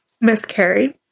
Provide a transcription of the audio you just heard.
miscarry